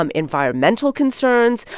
um environmental concerns.